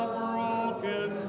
broken